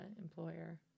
employer